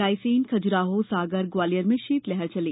रायसेन खजुराहो सागर ग्वालियर में शीतलहर चली